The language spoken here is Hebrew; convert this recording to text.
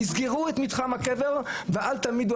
אמרתי לו: תסגרו את מתחם הקבר ואל תעמידו